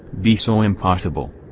be so impossible?